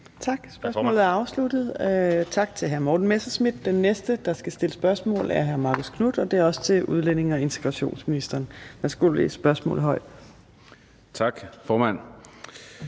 Tak. Spørgsmålet er afsluttet. Tak til hr. Morten Messerschmidt. Den næste, der skal stille spørgsmål, er hr. Marcus Knuth, og det er også til udlændinge- og integrationsministeren. Kl. 15:47 Spm. nr.